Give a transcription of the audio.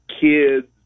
kids